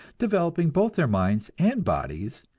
developing both their minds and bodies,